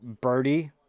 Birdie